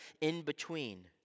in-between